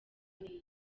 y’isi